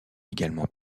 également